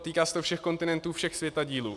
Týká se to všech kontinentů, všech světadílů.